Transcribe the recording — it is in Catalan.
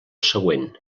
següent